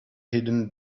hidden